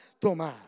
tomar